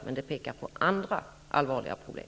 Däremot pekar det på andra allvarliga brister.